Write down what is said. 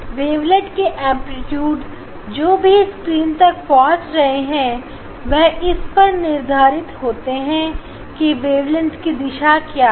wavelet के आयाम जो भी स्क्रीन तक पहुंच रहे हैं वह इस पर निर्धारित होते हैं की वेवलेट की दिशा क्या है